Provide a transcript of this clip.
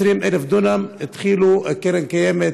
20,000 דונם התחילה קרן קיימת